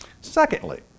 Secondly